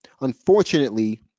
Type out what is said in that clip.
Unfortunately